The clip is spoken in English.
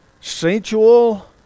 sensual